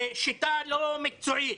שיטה לא מקצועית.